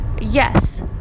yes